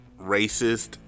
Racist